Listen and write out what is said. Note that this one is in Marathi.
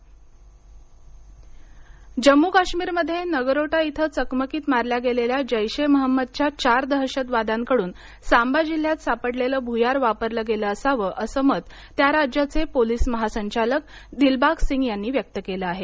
भुयार जम्मू काश्मीरमध्ये नगरोटा इथं चकमकीत मारल्या गेलेल्या जैशे महंमदच्या चार दहशतवाद्यांकडून सांबा जिल्ह्यात सापडलेलं भुयार वापरलं गेलं असावं असं मत त्या राज्याचे पोलिस महासंचालक दिलबाग सिंग यांनी व्यक्त केलं आहे